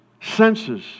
senses